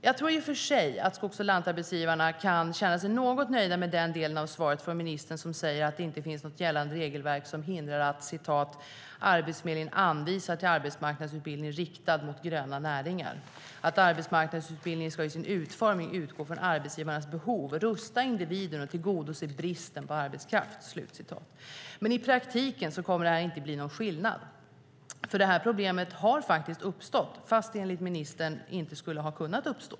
Jag tror i och för sig att skogs och lantarbetsgivarna kan känna sig något nöjda med den delen av svaret från ministern som säger att det inte finns något gällande regelverk som hindrar att Arbetsförmedlingen anvisar till arbetsmarknadsutbildning riktad mot gröna näringar och att arbetsmarknadsutbildning i sin utformning ska utgå från arbetsgivarnas behov, rusta individen och tillgodose bristen på arbetskraft. Men i praktiken kommer det inte att bli någon skillnad, för det här problemet har faktiskt uppstått fast det enligt ministern inte skulle ha kunnat uppstå.